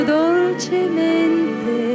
dolcemente